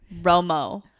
romo